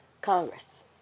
Congress